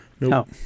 No